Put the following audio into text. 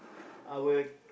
I will